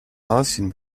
häuschen